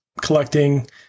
collecting